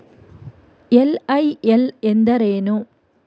LIL ಎಂದರೇನು?